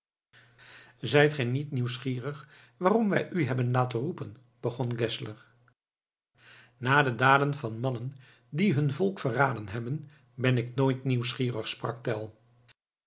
zijt gij niet nieuwsgierig waarom wij u hebben laten roepen begon geszler naar de daden van mannen die hun volk verraden hebben ben ik nooit nieuwsgierig